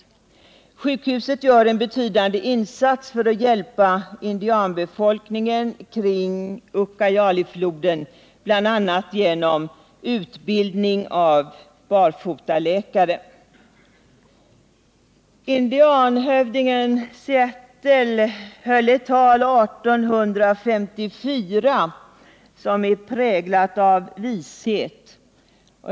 Detta sjukhus gör en betydande insats för att hjälpa indianbefolkningen kring Ucayalifloden, bl.a. genom utbildning av barfotaläkare. Indianhövdingen Seattle höll år 1854 ett tal som är präglat av vishet.